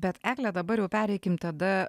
bet egle dabar jau pereikim tada